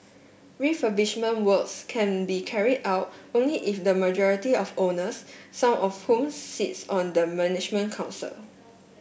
refurbishment works can be carried out only if the majority of owners some of whom sits on the management council